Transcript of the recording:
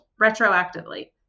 retroactively